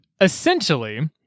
essentially